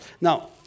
Now